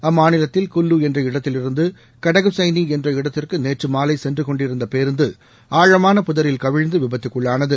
அம்மாநிலத்தில் குல்லு என்ற இடத்திலிருந்து கடகுசைனி என்ற இடத்திற்கு நேற்று மாலை சென்றுகொண்டிருந்த பேருந்து ஆழமான புதரில் கவிழ்ந்து விபத்துக்குள்ளானது